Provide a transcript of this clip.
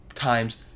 times